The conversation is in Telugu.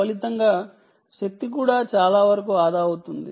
ఫలితంగా శక్తి కూడా చాలా వరకు ఆదా అవుతుంది